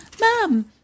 Mom